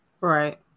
right